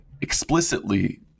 explicitly